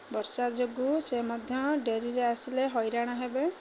ବର୍ଷା ଯୋଗୁଁ ସେ ମଧ୍ୟ ଡେରିରେ ଆସିଲେ ହଇରାଣ ହେବେ